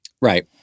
Right